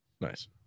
nice